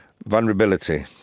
Vulnerability